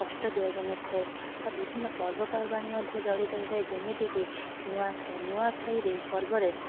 କଷ୍ଟ ଦିଆଯାଇନଥାଏ ବା ବିଭିନ୍ନ ପର୍ବ ପର୍ବାଣି ମଧ୍ୟ ଜଡ଼ିତ ହୋଇଥାଏ ଯେମିତିକି ନୂଆଖାଇ ନୂଆଖାଇରେ ପର୍ବରେ